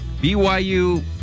BYU